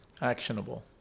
Actionable